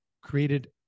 created